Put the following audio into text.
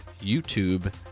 YouTube